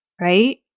right